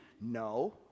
No